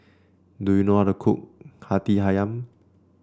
do you know how to cook Hati ayam